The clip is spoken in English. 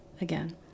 again